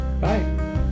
Bye